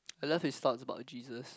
I love his thoughts about Jesus